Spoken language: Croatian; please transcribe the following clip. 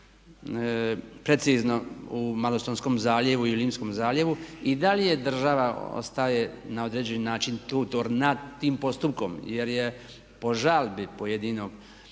precizno u Malostonskom zaljevu i Limskom zaljevu i dalje država ostaje na određeni način tutor nad tim postupkom jer je po žalbi pojedinog